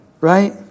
Right